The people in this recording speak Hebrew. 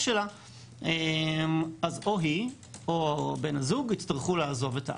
היא או בן הזוג יצטרכו לעזוב את הארץ.